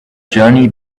journey